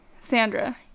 sandra